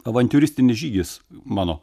avantiūristinis žygis mano